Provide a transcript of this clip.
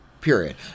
Period